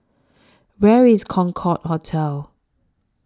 Where IS Concorde Hotel